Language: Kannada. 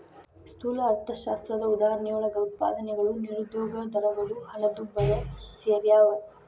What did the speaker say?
ಸ್ಥೂಲ ಅರ್ಥಶಾಸ್ತ್ರದ ಉದಾಹರಣೆಯೊಳಗ ಉತ್ಪಾದನೆಗಳು ನಿರುದ್ಯೋಗ ದರಗಳು ಹಣದುಬ್ಬರ ಸೆರ್ಯಾವ